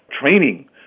training